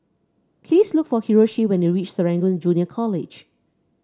please look for Hiroshi when you reach Serangoon Junior College